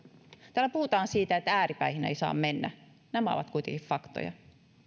täällä puhutaan siitä että ääripäihin ei saa mennä nämä ovat kuitenkin faktoja